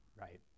right